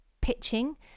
pitching